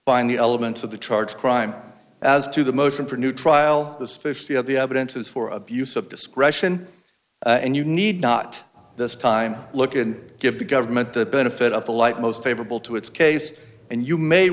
find the elements of the charge crime as to the motion for new trial this fifty of the evidence is for abuse of discretion and you need not this time look and give the government the benefit of the light most favorable to its case and you may